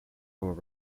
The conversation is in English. from